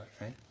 Right